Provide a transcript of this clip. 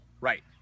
right